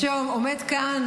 עומד כאן